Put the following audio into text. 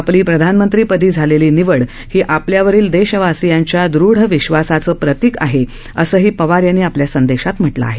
आपली प्रधानमंत्रीपदी झालेली निवड ही आपल्यावरील देशवासियांच्या दृढ विश्वासाचं प्रतिक आहे असंही पवार यांनी आपल्या संदेशात म्हटलं आहे